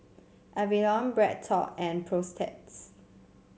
Avalon BreadTalk and Protex